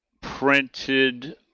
printed